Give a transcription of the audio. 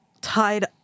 tied